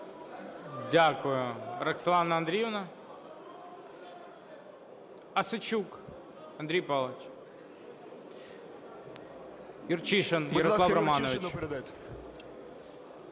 Дякую, Роксолана Андріївна. Осадчук Андрій Павлович. Юрчишин Ярослав Романович.